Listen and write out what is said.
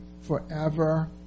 forever